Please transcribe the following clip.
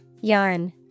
Yarn